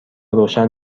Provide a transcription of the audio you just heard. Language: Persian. روشن